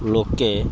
ଲୋକେ